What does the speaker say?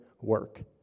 work